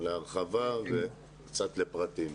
להרחבה ולפרטים.